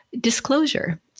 Disclosure